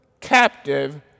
captive